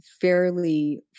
fairly